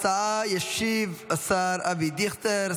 ההצעה ישיב השר אבי דיכטר,